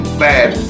bad